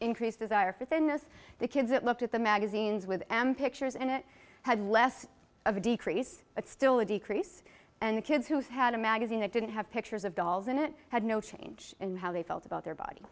increased desire for thinness the kids it looked at the magazines with pictures and it had less of a decrease but still a decrease and kids who had a magazine that didn't have pictures of dolls in it had no change in how they felt about their body